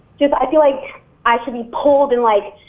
just i feel like i should be pulled in like,